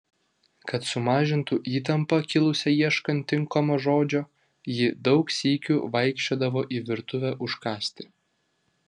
kad sumažintų įtampą kilusią ieškant tinkamo žodžio ji daug sykių vaikščiodavo į virtuvę užkąsti